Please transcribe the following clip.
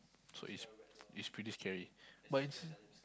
so is is pretty scary but in Sin